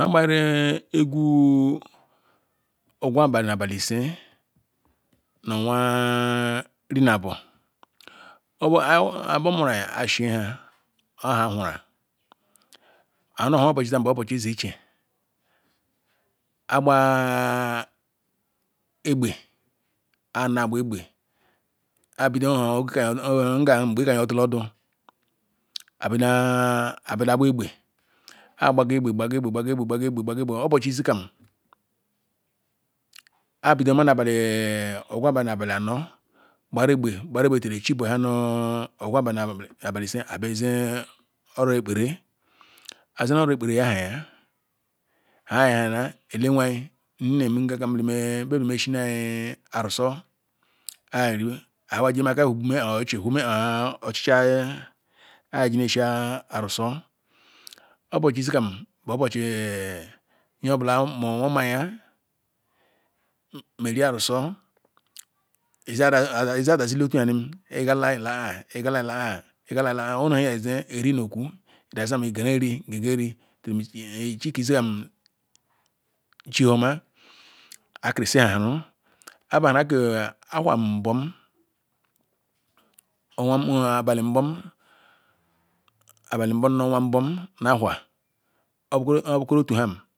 nhe gbayere egwu ogu abali ni abali ise nu owah nrina-abo ehe amuru ayi ayi shi-nha orhahuru-a and obochi izukam bu obuchi izuike aigbah ah egbe aina agba egbe agibidoh ah egbe aina agba egbe ayibidoh ngam ngbe ga yo dula odu ayibidah na agba egbe ayi ga gba egbe ghaga egbe ghage egbe gbaga egbe ayi bido ogu abali anor gbaru egbe gbara egbe till chibohanu ogwu abali abali ise ayibia ezeh oro ekpere ayi zere oro ekpere hayah ayi hayahia ele nneh ayi nnem ngam kam neh noh meshina- ayi arusu ayi eri ewume-a ochichio arsu obochi izukam bu obochi nyeo bulā nmaya ni meh ne ri arugu iza iza daziri izukam igala ilaha igala ilaha zwere izo deh eri no oku megere eri echeck izu-am chioma ayi boma nbom owah nbom abali nbom noh owah nbom na-ahua obukere otu ham.